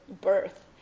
birth